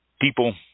People